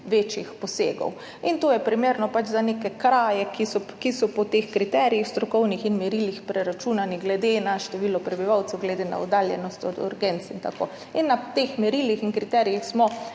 večjih posegov. To je primerno pač za neke kraje, ki so po teh strokovnih kriterijih in merilih preračunani glede na število prebivalcev, glede na oddaljenost od urgence in tako dalje. Na teh merilih in kriterijih smo